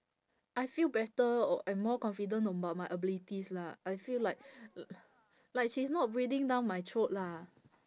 I feel better and more confident about my abilities lah I feel like l~ like she's not breathing down my throat lah